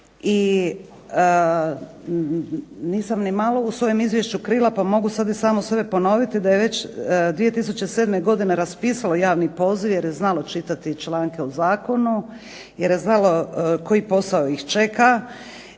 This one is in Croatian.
I nisam ni malo u svom izvješću krila, pa mogu samu sebe ponoviti da je već 2007. godine raspisalo javni poziv jer je znalo čitati članke u zakonu jer je znalo koji posao ih čeka,